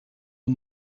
you